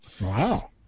Wow